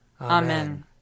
Amen